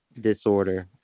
disorder